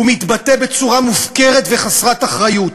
הוא מתבטא בצורה מופקרת וחסרת אחריות,